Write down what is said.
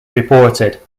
reported